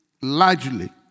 largely